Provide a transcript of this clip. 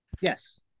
Yes